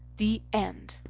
the end